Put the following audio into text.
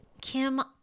Kim